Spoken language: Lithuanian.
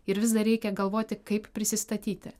ir vis dar reikia galvoti kaip prisistatyti